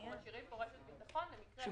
אנחנו משאירים פה רשת ביטחון למקרה ש ---.